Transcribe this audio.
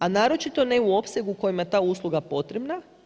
A naročito ne u opsegu u kojemu je ta usluga potrebna.